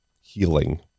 healing